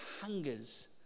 hungers